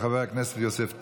של חבר הכנסת יוסף טייב.